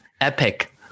epic